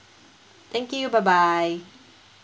thank you bye bye